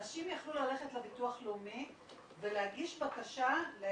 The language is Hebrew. הנשים יכלו ללכת לביטוח לאומי ולהגיש בקשה לחד הורית.